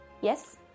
Yes